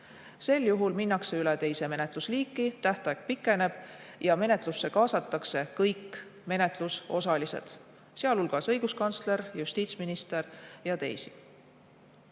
Sel juhul minnakse üle teise menetlusliiki, tähtaeg pikeneb ja menetlusse kaasatakse kõik menetlusosalised, sealhulgas õiguskantsler, justiitsminister ja